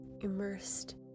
immersed